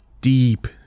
deep